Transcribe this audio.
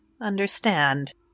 understand